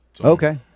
Okay